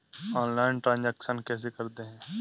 Online transaction कैसे करते हैं?